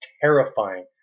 terrifying